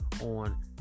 on